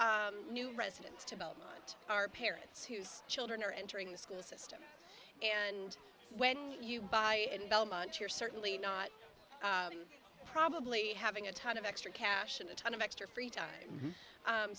new residents to help out are parents whose children are entering the school system and when you buy in belmont you're certainly not probably having a ton of extra cash and a ton of extra free time